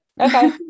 Okay